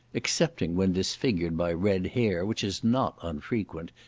excepting when disfigured by red hair, which is not unfrequent,